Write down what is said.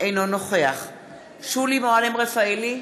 אינו נוכח שולי מועלם-רפאלי,